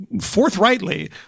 forthrightly